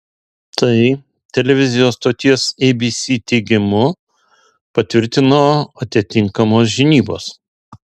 tai televizijos stoties abc teigimu patvirtino atitinkamos žinybos